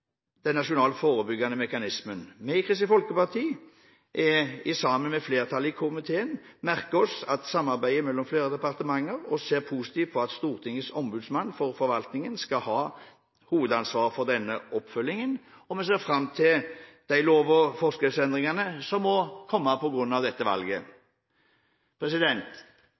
den nasjonale forebyggende mekanismen. Vi i Kristelig Folkeparti sammen med flertallet i komiteen merker oss samarbeidet mellom flere departementer, og ser positivt på at Stortingets ombudsmann for forvaltningen skal ha hovedansvaret for denne oppfølgingen, og vi ser fram til de lover og forskriftsendringene som må komme på grunn av dette valget.